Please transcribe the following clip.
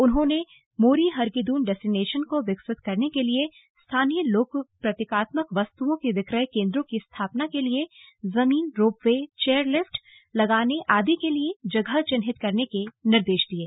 उन्होंने मोरी हरकीदून डेस्टिनेशन को विकसित करने के लिए स्थानीय लोक प्रतीकात्मक वस्तुओं के विक्रय केन्द्रों की स्थापना के लिए जमीन रोपवे चेयर लिफ्ट लगाने आदि के लिए जगह चिन्हित करने के निर्देश दिये